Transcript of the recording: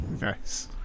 Nice